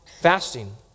fasting